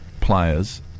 players